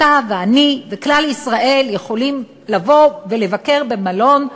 אתה ואני וכלל ישראל יכולים לבוא ולבקר במלון,